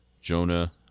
Jonah